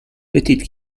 petite